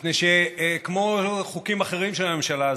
מפני שכמו חוקים אחרים של הממשלה הזאת,